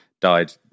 died